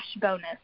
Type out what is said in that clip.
bonus